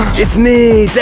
it's me,